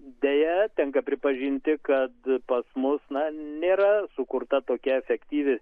deja tenka pripažinti kad pas mus na nėra sukurta tokia efektyvi